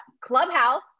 Clubhouse